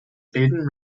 beaten